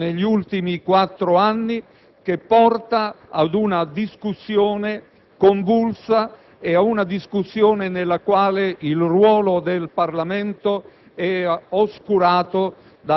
C'è un continuismo negli ultimi quattro anni che porta a una discussione convulsa, a una discussione nella quale il ruolo del Parlamento